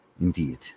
Indeed